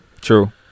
True